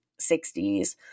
60s